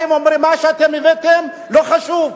באים אומרים: מה שאתם הבאתם לא חשוב.